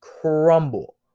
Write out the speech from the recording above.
crumble